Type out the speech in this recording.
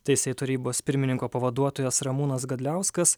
teisėjų tarybos pirmininko pavaduotojas ramūnas gadliauskas